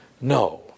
No